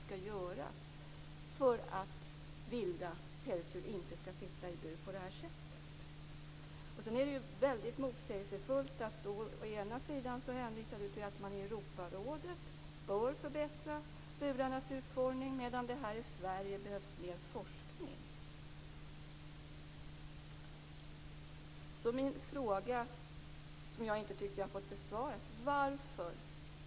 Då svarar Annika Åhnberg att man in Europarådet nu skall förbättra burarnas utformning. Men det gäller ju bara vid ny och ombyggnad.